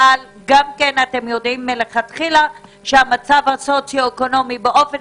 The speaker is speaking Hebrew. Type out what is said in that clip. ואתם יודעים שהמצב הסוצי אקונומי באופן